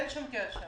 אין שום קשר.